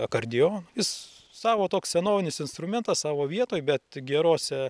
akardionu jis savo toks senovinis instrumentas savo vietoje bet gerose